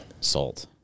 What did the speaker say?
Salt